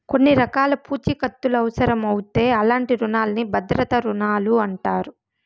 కొన్ని రకాల పూఛీకత్తులవుసరమవుతే అలాంటి రునాల్ని భద్రతా రుణాలంటారు